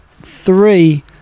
three